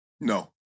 No